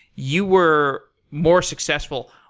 you were more successful.